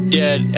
dead